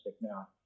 now